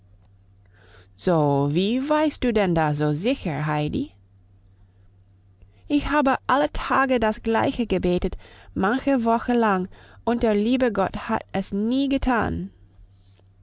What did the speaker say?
so wie weißt du denn das so sicher heidi ich habe alle tage das gleiche gebetet manche woche lang und der liebe gott hat es nie getan